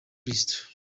christ